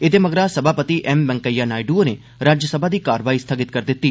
एदे मगरा सभापति एम वैंक्कैया नायडु होरें राज्यसभा दी कारवाई स्थगित करी दिती